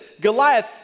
Goliath